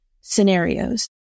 scenarios